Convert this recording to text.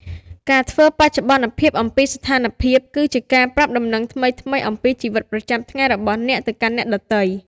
ការធ្វើបច្ចុប្បន្នភាពអំពីស្ថានភាព គឺជាការប្រាប់ដំណឹងថ្មីៗអំពីជីវិតប្រចាំថ្ងៃរបស់អ្នកទៅកាន់អ្នកដទៃ។